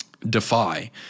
Defy